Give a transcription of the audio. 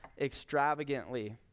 extravagantly